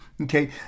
Okay